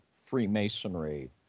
Freemasonry